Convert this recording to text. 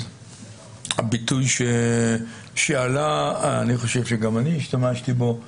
אז הביטוי שעלה, אני חושב שגם אני השתמשתי בו,